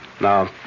Now